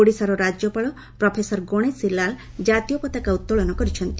ଓଡ଼ିଶାର ରାଜ୍ୟପାଳ ପ୍ରଫେସର ଗଣେଶୀ ଲାଲ୍ ଜାତୀୟ ପତାକା ଉତ୍ତୋଳନ କରିଛନ୍ତି